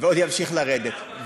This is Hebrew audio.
ועוד ימשיך לרדת.